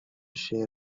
شعر